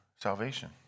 salvation